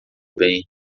bem